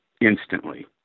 instantly